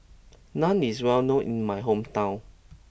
Naan is well known in my hometown